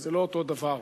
שזה לא אותו דבר.